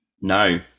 no